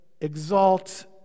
exalt